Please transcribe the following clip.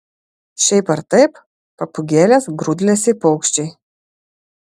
šiaip ar taip papūgėlės grūdlesiai paukščiai